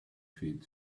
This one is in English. feet